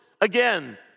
again